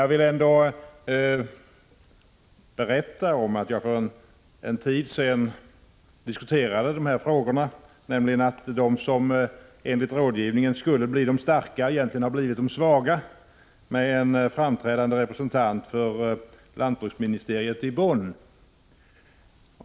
Jag vill ändå berätta att jag för en tid sedan diskuterade denna fråga — dvs. att de som genom rådgivningen skulle bli starka egentligen har blivit svaga — med en framträdande representant för lantbruksministeriet i Bonn.